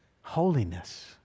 holiness